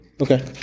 Okay